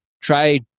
try